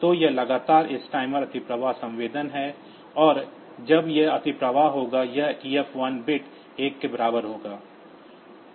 तो यह लगातार इस टाइमर अतिप्रवाह संवेदन है और जब वह अतिप्रवाह होगा यह TF1 बिट 1 के बराबर होगा